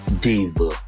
diva